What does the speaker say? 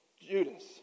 Judas